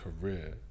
career